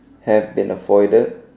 have been avoided